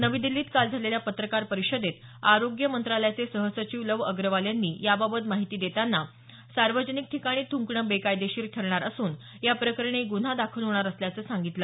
नवी दिल्लीत काल झालेल्या पत्रकार परिषदेत आरोग्य मंत्रालयाचे सहसचिव लव अग्रवाल यांनी याबाबत माहिती देताना सार्वजनिक ठिकाणी थुंकणं बेकायदेशीर ठरणार असून याप्रकरणी गुन्हा दाखल होणार असल्याचं सांगितलं